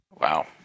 Wow